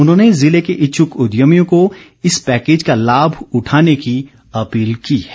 उन्होंने जिले के इच्छुक उद्यमियों को इस पैकेज का लाभ उठाने की अपील की है